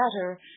better